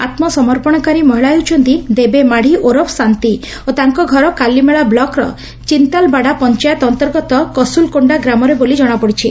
ଆମ୍ ସମର୍ପଶକାରୀ ମହିଳା ହେଉଛନ୍ତି ଦେବେ ମାଢି ଓରଫ ଶାନ୍ତି ଓ ତାଙ୍କ ଘର କାଲିମେଳା ବ୍ଲକର ଚିନ୍ତାଲବାଡା ପଂଚାୟତ ଅନ୍ତର୍ଗତ କସୁଲକୋଣ୍ଡା ଗ୍ରାମରେ ବୋଲି ଜଣାପଡ଼ିଛି